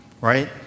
Right